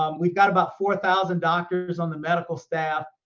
um we've got about four thousand doctors on the medical staff.